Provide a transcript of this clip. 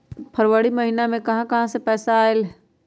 फरवरी महिना मे कहा कहा से पैसा आएल?